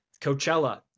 Coachella